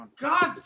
God